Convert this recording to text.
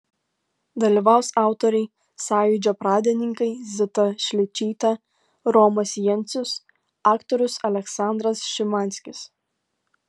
dalyvaus autoriai sąjūdžio pradininkai zita šličytė romas jencius aktorius aleksandras šimanskis